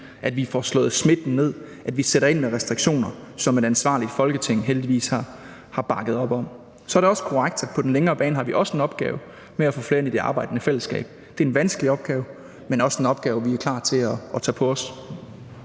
at vi får slået smitten ned; at vi sætter ind med restriktioner, som et ansvarligt Folketing heldigvis har bakket op om. Så er det også korrekt, at vi på den længere bane også har en opgave med at få flere ind i det arbejdende fællesskab. Det er en vanskelig opgave, men også en opgave, som vi er klar til at tage på os.